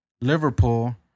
Liverpool